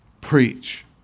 preach